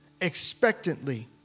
expectantly